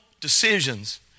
decisions